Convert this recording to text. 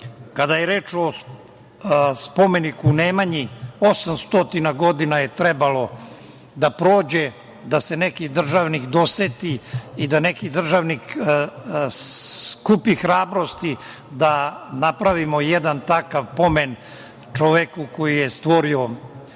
je reč o spomeniku Nemanji, 800 godina je trebalo da prođe da se neki državnik doseti i da neki državnik skupi hrabrosti da napravimo jedan takav pomen čoveku koji je stvorio,